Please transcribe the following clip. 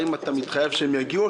האם אתה מתחייב שהם יגיעו,